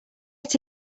get